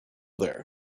there